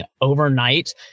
overnight